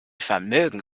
vermögen